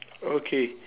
okay